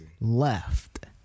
left